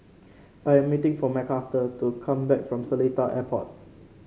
I am meeting for Mcarthur to come back from Seletar Airport